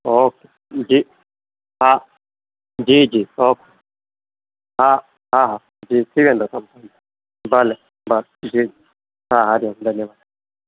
okay जी हा जी जी ओके हा हा हा थी वेंदो कमु भले भ जी जी हा हा धन्यवाद